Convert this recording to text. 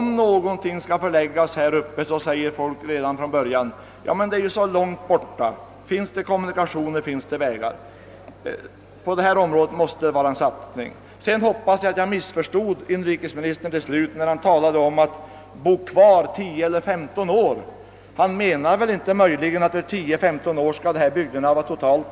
När man vill att någon skall förlägga sin verksamhet till Norrland, säger vederbörande alltid: Ja, men det är ju så långt borta, finns det kommunikationer, finns det vägar? Jag vill säga att om det finns kommunikationer, så finns det också möjligheter. Det är det vi måste satsa på. Slutligen hoppas jag att jag missförstod inrikesministern, när han talade om att bo kvar 10, 15 eller 20 år. Han menade väl inte möjligen att dessa bygder sedan skall vara helt avfolkade?